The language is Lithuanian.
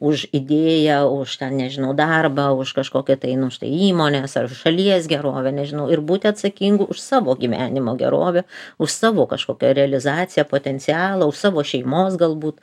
už idėją už tą nežinau darbą už kažkokią tai nu štai įmonės ar šalies gerovę nežinau ir būti atsakingu už savo gyvenimo gerovę už savo kažkokią realizaciją potencialą savo šeimos galbūt